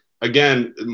again